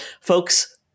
folks